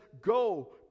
go